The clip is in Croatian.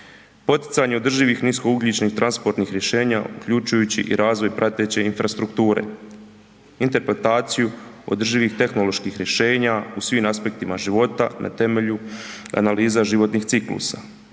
Poticanje održivih niskougljičnih transportnih rješenja uključujući i razvoj prateće infrastrukture. Interpretaciju održivih tehnoloških rješenja u svim aspektima života na temelju analiza životnih ciklusa.